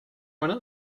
join